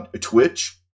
Twitch